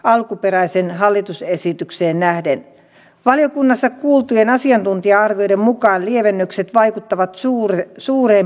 alkuperäisen hallitus ja esitykseen nähden valiokunnassa kuultujen asiantuntija arvioiden mukaan lievennykset vaikuttavat suureen suuren